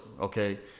Okay